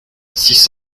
six